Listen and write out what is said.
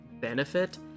benefit